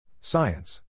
Science